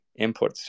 inputs